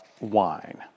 wine